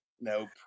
Nope